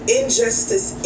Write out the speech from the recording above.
injustice